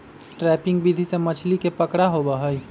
trapping विधि से मछली के पकड़ा होबा हई